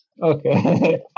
Okay